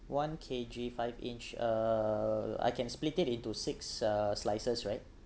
one K_G five inch uh I can split it into six uh slices right